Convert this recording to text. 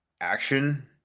action